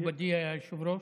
מכובדי היושב-ראש,